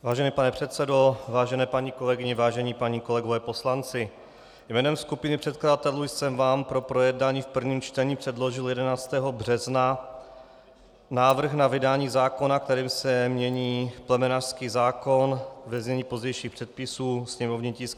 Vážený pane předsedo, vážené paní kolegyně, vážení páni kolegové poslanci, jménem skupiny předkladatelů jsem vám pro projednání v prvém čtení předložil 11. března návrh na vydání zákona, kterým se mění plemenářský zákon, ve znění pozdějších předpisů, sněmovní tisk 394.